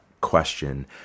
question